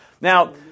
Now